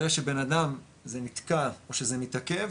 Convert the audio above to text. ברגע שבן אדם זה נתקע או שזה מתעכב